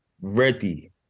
ready